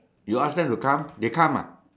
you ask them to come they come ah